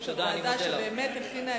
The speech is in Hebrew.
כיושב-ראש הוועדה שבאמת הכינה את מרבית החוק,